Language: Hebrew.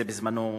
זה בזמנו,